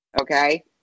okay